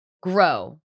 grow